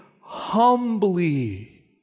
humbly